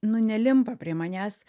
nu nelimpa prie manęs